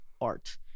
art